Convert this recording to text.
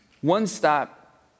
One-stop